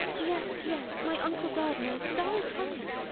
yes, yes. my uncle gardiner is very kind.